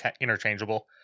interchangeable